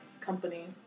Company